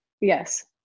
Yes